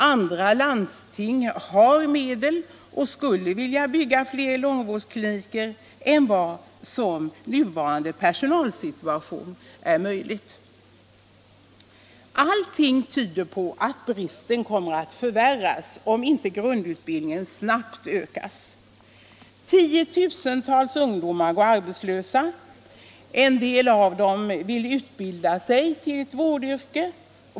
Andra landsting har medel och skulle vilja bygga fler långvårdskliniker än vad som är möjligt i nuvarande personalsituation. Allting tyder på att bristen kommer att förvärras om inte grundutbildningen snabbt ökas. Tiotusentals ungdomar går arbetslösa. En del av dem vill utbilda sig till ett vårdyrke.